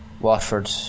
Watford